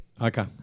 Okay